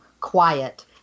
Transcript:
quiet